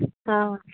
हां